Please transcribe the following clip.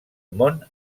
món